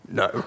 no